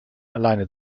alleine